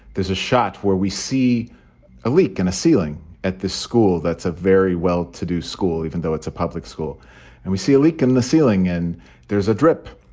there's a shot where we see a leak in a ceiling at the school. that's a very well-to-do school, even though it's a public school and we see a leak in the ceiling and there's a drip.